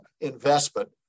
investment